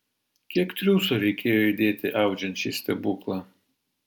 kiek triūso reikėjo įdėti audžiant šį stebuklą